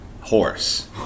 Horse